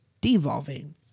devolving